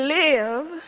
live